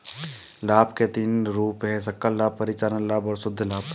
लाभ के तीन रूप हैं सकल लाभ, परिचालन लाभ और शुद्ध लाभ